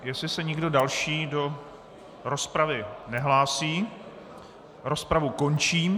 Jestli se někdo další do rozpravy nehlásí, rozpravu končím.